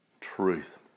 truth